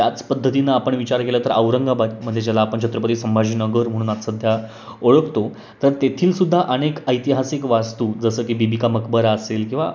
त्याच पद्धतीनं आपण विचार केला तर औरंगाबादमध्ये ज्याला आपण छत्रपती संभाजी नगर म्हणून आज सध्या ओळखतो तर तेथील सुद्धा अनेक ऐतिहासिक वास्तू जसं की बीबी का मकबरा असेल किंवा